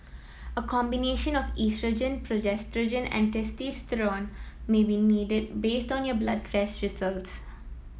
a combination of oestrogen progesterone and testosterone may be needed based on your blood test results